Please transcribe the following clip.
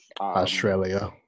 australia